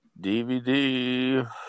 DVD